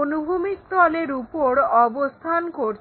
অনুভূমিক তলের ওপর অবস্থান করছে